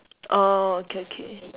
uh okay okay